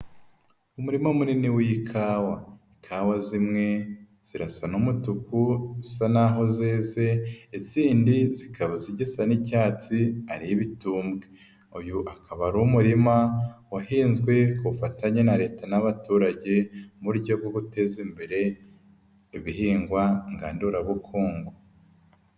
Umurima munini w'ikawa, ikawa zimwe zirasa n'umutuku, bisa naho zeze izindi zikaba zigisa n'icyatsi, ari ibitumbwe, uyu akaba ari umurima wahinzwe ku bufatanye na leta n'abaturage mu buryo bwo guteza imbere, ibihingwa ngandurabukungu.